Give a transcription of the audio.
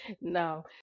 No